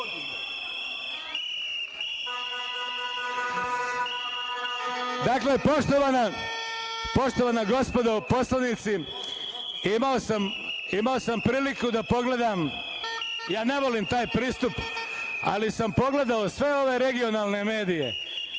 poštovana gospodo poslanici, imao sam priliku da pogledam, ja ne volim taj pristup, ali sam pogledao sve ove regionalne medije,